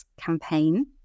campaign